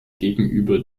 gegenüber